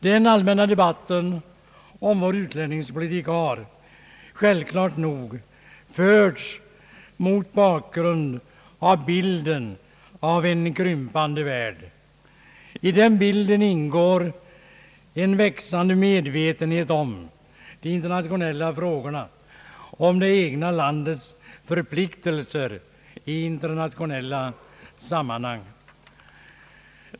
Den allmänna debatten om vår utlänningspolitik har självfallet förts mot bakgrund av bilden av en krympande värld. I den bilden ingår en växande medvetenhet om de internationella frågorna och om det egna landets förpliktelser i internationella sammanhang.